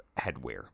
headwear